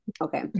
okay